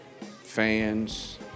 fans